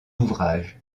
d’ouvrages